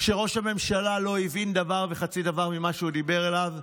שראש הממשלה לא הבין דבר וחצי דבר ממה שהוא דיבר אליו,